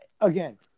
Again